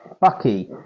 Bucky